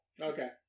Okay